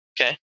Okay